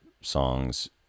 songs